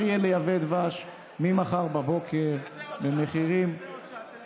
יהיה לייבא דבש ממחר בבוקר במחירים תעשה עוד שעה,